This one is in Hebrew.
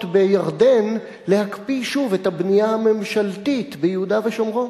בירדן להקפיא שוב את הבנייה הממשלתית ביהודה ושומרון.